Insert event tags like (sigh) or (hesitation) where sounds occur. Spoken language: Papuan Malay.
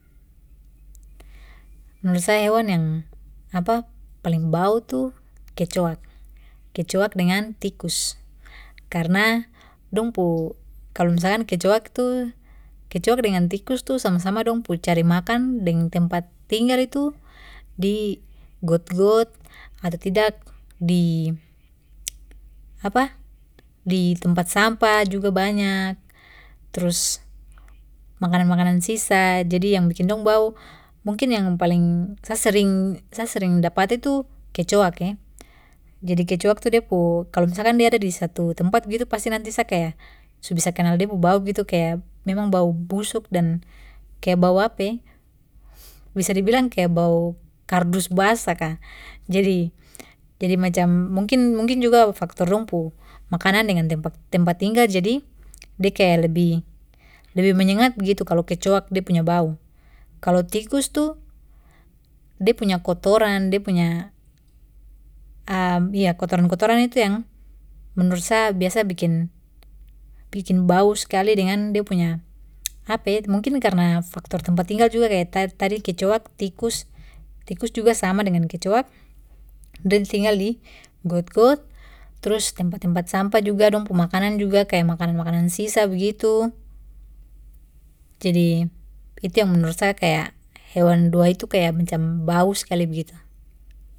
Menurut saya hewan yang (hesitation) paling bau tu kecoak, kecoak dengan tikus. Karena dong pu, kalo misalkan kecoak tu, kecoak dengan tikus tu sama-sama dong pu cari makan deng tempat tinggal itu di got-got ato tidak di (noise) (hesitation) di tempat sampah juga banyak, trus makanan-makanan sisa, jadi yang bikin dong bau. Mungkin yang paling sa sering- sa sering dapati tu kecoak e. Jadi kecoak tu de pu, kalo misalkan dia ada di satu tempat begitu pasti nanti sa kaya su bisa kenal de pu bau gitu, kaya memang bau busuk dan kaya bau apa e, bisa dibilang kayak bau kardus basa ka. Jadi- jadi macam, mungkin- mungkin juga faktor dong pu makanan dengan tempat- tempat tinggal jadi de kaya lebih- lebih menyengat begitu kalo kecoak de punya bau. Kalo tikus tu de punya kotoran, de punya (hesitation) ya kotoran-kotoran itu yang menurut sa biasa bikin- bikin bau skali dengan dia punya, apa e, mungkin karena faktor tempat tinggal juga. Kaya tadi-tadi kecoak, tikus, tikus juga sama dengan kecoak, dong tinggal di got-got trus tempat-tempat sampa juga. Dong pu makanan juga kaya makanan-makanan sisa begitu. Jadi, itu yang menurut sa kayak hewan dua itu kayak macam bau skali begitu.